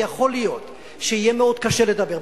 ויכול להיות שיהיה מאוד קשה לדבר.